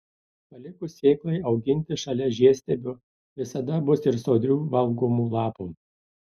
palikus sėklai auginti šalia žiedstiebių visada bus ir sodrių valgomų lapų